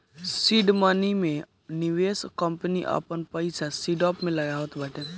seed money मे निवेशक company आपन पईसा स्टार्टअप में लगावत बाटे